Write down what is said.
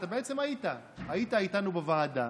אתה בעצם היית, היית איתנו בוועדה,